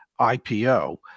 IPO